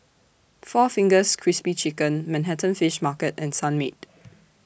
four Fingers Crispy Chicken Manhattan Fish Market and Sunmaid